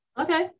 Okay